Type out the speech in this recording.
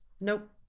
Nope